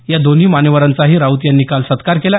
या दोन्ही मान्यवरांचाही राऊत यांनी काल सत्कार केला